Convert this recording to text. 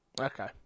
Okay